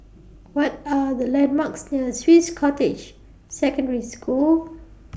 What Are The landmarks near Swiss Cottage Secondary School